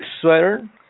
sweater